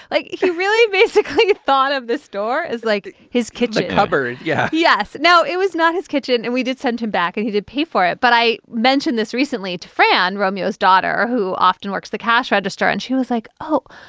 like. he really basically thought of this door as like his kitchen cupboard. yeah. yes. now it was not his kitchen. and we did send him back. and he did pay for it. but i mentioned this recently to fran, romeo's daughter, who often works the cash register. and she was like, oh,